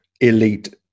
elite